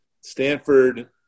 Stanford